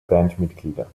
bandmitglieder